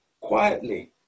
quietly